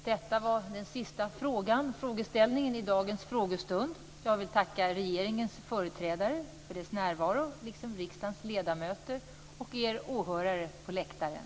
Detta var den sista frågan i dagens frågestund. Jag vill tacka regeringens företrädare för deras närvaro liksom riksdagens ledamöter och åhörare på läktaren.